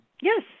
Yes